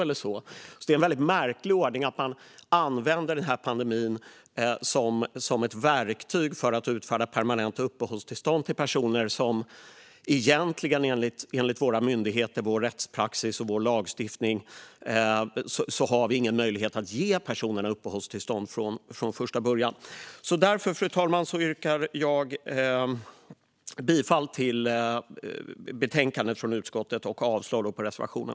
Det är alltså en märklig ordning att man använder den här pandemin som ett verktyg för att utfärda permanenta uppehållstillstånd som vi egentligen enligt våra myndigheter, vår rättspraxis och vår lagstiftning inte har någon möjlighet att ge till de här personerna från första början. Därför, fru talman, yrkar jag bifall till förslaget i utskottets betänkande och avslag på reservationen.